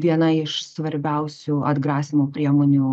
viena iš svarbiausių atgrasymo priemonių